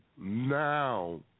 now